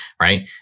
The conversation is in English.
right